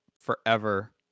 forever